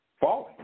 falling